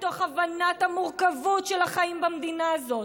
מתוך הבנת המורכבות של החיים במדינה הזאת,